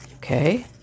Okay